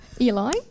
Eli